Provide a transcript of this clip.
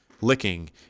licking